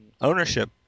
Ownership